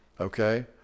Okay